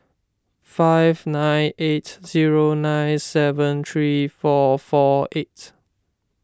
five nine eight zero nine seven three four four eight